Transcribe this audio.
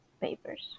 papers